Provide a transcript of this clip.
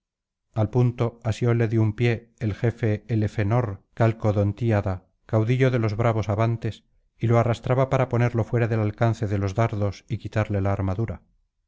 al punto asióle de un pie el rey elefenor calcodontíada caudillo de los bravos abantes y lo arrastraba para ponerlo fuera del alcance de los dardos y quitarle la armadura